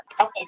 Okay